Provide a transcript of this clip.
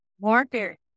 market